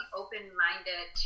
open-minded